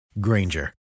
Granger